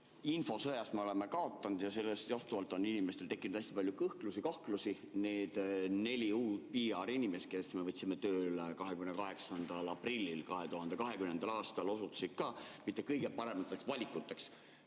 Infosõjas me oleme kaotanud ja sellest johtuvalt on tekkinud inimestel hästi palju kõhklusi ja kahtlusi. Need neli uut PR-inimest, kelle me võtsime tööle 28. aprillil 2020. aastal, osutusid ka mitte kõige paremateks valikuteks.